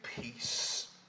peace